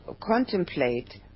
contemplate